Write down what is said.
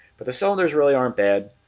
but the cylinders really aren't bad.